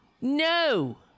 No